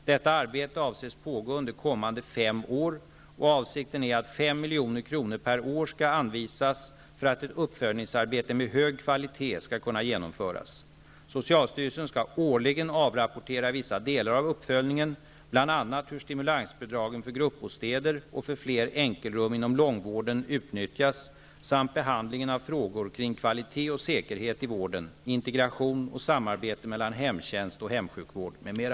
Detta arbete avses pågå under kommande fem år, och avsikten är att 5 milj.kr. per år skall anvisas för att ett uppföljningsarbete med hög kvalitet skall kunna genomföras. Socialstyrelsen skall årligen avrapportera vissa delar av uppföljningen, bl.a. hur stimulansbidragen för gruppbostäder och för fler enkelrum inom långvården utnyttjas samt behandlingen av frågor kring kvalitet och säkerhet i vården, integration och samarbete mellan hemtjänst och hemsjukvård m.m.